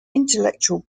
intellectual